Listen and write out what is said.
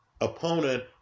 opponent